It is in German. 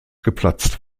geplatzt